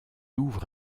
ouvre